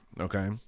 okay